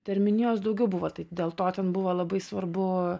terminijos daugiau buvo tai dėl to ten buvo labai svarbu